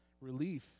relief